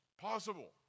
possible